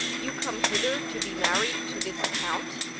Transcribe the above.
you come hither to be married to this count?